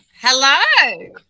Hello